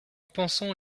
pensant